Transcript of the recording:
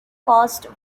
caused